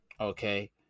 okay